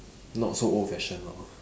not so old-fashioned lor